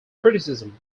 criticism